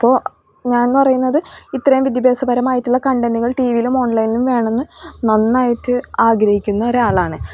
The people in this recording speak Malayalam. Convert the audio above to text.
അപ്പോൾ ഞാൻ എന്ന് പറയുന്നത് ഇത്രയും വിദ്യാഭ്യാസപരമായിട്ടുള്ള കണ്ടന്റുകൾ ടി വിയിലും ഓൺലൈനിലും വേണം എന്ന് നന്നായിട്ട് ആഗ്രഹിക്കുന്ന ഒരാളാണ്